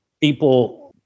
people